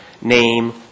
name